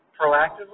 proactively